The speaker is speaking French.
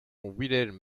wilhelm